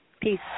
Peace